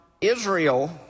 Israel